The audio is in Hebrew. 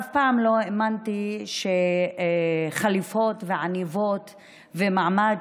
אף פעם לא האמנתי שחליפות ועניבות ומעמד